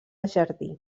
jardí